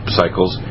cycles